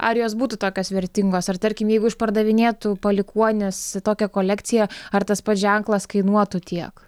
ar jos būtų tokios vertingos ar tarkim jeigu išpardavinėtų palikuonis tokią kolekciją ar tas pats ženklas kainuotų tiek